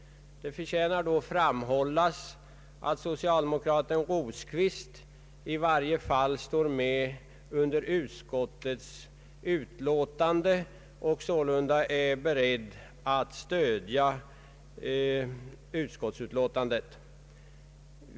Det förtjänar emellertid framhållas att socialdemokraten Rosqvist i varje fall undertecknat utlåtandet och sålunda är beredd att stödja utskottets förslag.